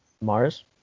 Mars